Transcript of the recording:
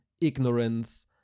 ignorance